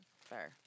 Fair